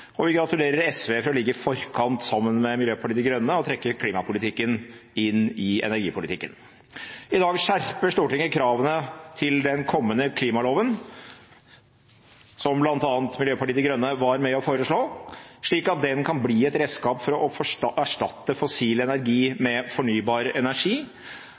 Og vi gratulerer SV med å ligge i forkant, sammen med Miljøpartiet De Grønne, og trekke klimapolitikken inn i energipolitikken. I dag skjerper Stortinget kravene til den kommende klimaloven, som bl.a. Miljøpartiet De Grønne var med på å foreslå, slik at den kan bli et redskap for å erstatte fossil energi med fornybar energi,